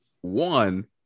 one